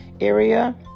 area